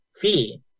fee